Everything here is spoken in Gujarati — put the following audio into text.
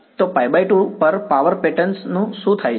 તો π2 પર પાવર પેટર્નનું શું થાય છે